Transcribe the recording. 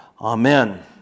Amen